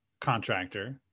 contractor